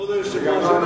זה גם לא